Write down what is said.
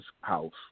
house